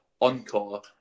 encore